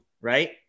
Right